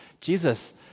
Jesus